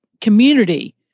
community